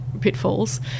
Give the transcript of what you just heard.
pitfalls